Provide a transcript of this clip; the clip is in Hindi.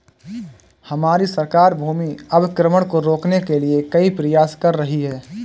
हमारी सरकार भूमि अवक्रमण को रोकने के लिए कई प्रयास कर रही है